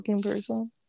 person